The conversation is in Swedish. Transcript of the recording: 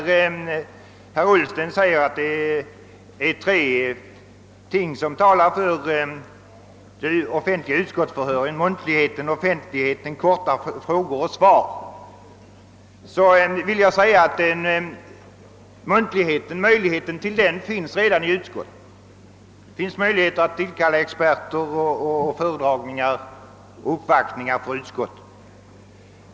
Då herr Ullsten säger att det är tre ting som talar för offentliga utskottsförhör — muntligheten, offentligheten samt möjligheten till korta frågor och svar — vill jag framhålla att förutsättningarna för muntligheten redan finns i utskotten. Det är möjligt att tillkalla experter för föredragningar och det är möjligt att göra uppvaktningar i utskotten.